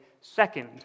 second